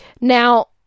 now